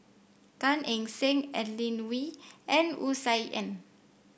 Gan Eng Seng Adeline Ooi and Wu Tsai Yen